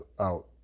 out